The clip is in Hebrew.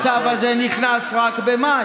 השר, השר, והצו הזה נכנס רק במאי.